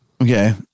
Okay